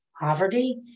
poverty